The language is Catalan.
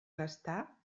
gastar